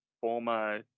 former